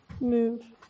move